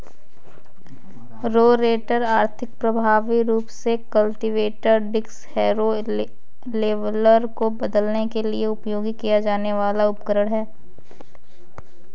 rotator आर्थिक, प्रभावी रूप से कल्टीवेटर, डिस्क हैरो, लेवलर को बदलने के लिए उपयोग किया जाने वाला उपकरण है